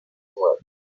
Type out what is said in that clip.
work